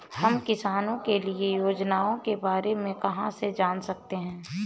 हम किसानों के लिए योजनाओं के बारे में कहाँ से जान सकते हैं?